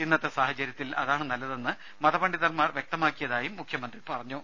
ഇന്നത്തെ സാഹചര്യത്തിൽ അതാണ് നല്ലതെന്ന് മതപണ്ഡിതൻമാർ വ്യക്തമാക്കിയതായി മുഖ്യമന്ത്രി പറഞ്ഞു